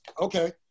Okay